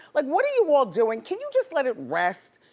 like what are you all doing? can you just let it rest?